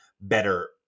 better